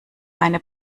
eine